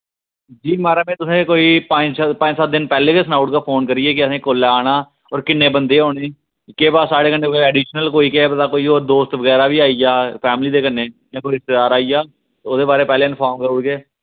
जी माराज में तुसें कोई पंज पंज सत्त दिन पैह्लें गै सनाई ओड़गा फोन करियै कि असें कुसलै औना और किन्ने बंदे होने केह् पता साढ़े कन्नै कोई एडिशनल कोई केह् पता कोई और दोस्त बगैरा बी आई गेआ फैमिली दे कन्नै जां कोई रिश्तेदार आई गेआ ओह्दे बारे पैह्लें इन्फार्म करी ओड़गे